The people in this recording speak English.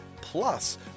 plus